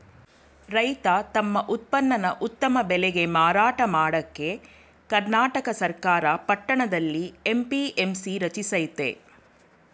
ರೈತ ತಮ್ ಉತ್ಪನ್ನನ ಉತ್ತಮ ಬೆಲೆಗೆ ಮಾರಾಟ ಮಾಡಕೆ ಕರ್ನಾಟಕ ಸರ್ಕಾರ ಪಟ್ಟಣದಲ್ಲಿ ಎ.ಪಿ.ಎಂ.ಸಿ ರಚಿಸಯ್ತೆ